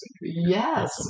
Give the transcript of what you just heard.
Yes